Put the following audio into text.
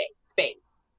space